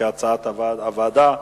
כהצעת הוועדה,